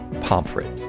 Pomfret